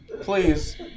Please